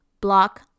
block